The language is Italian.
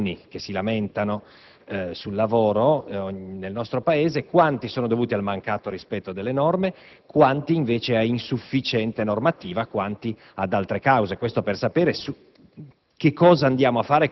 quanti degli infortuni che si lamentano sul lavoro nel nostro Paese sono dovuti al mancato rispetto delle norme, quanti invece a insufficiente normativa e quanti ad altre cause. Ciò al fine di sapere